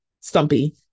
Stumpy